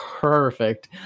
Perfect